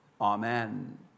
Amen